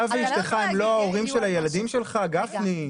אתה ואשתך לא ההורים של הילדים שלך, גפני?